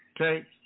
Okay